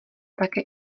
také